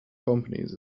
companies